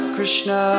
Krishna